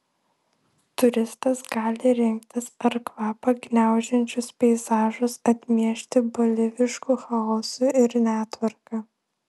turistas gali rinktis ar kvapą gniaužiančius peizažus atmiešti bolivišku chaosu ir netvarka